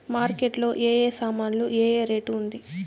Market లో ఏ ఏ సామాన్లు ఏ ఏ రేటు ఉంది?